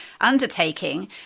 undertaking